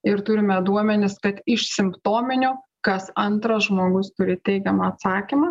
ir turime duomenis kad iš simptominių kas antras žmogus turi teigiamą atsakymą